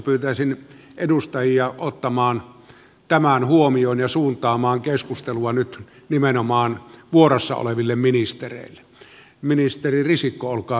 pyytäisin edustajia ottamaan tämän huomioon ja suuntaamaan keskustelua nyt nimenomaan vuorossa oleville ministereille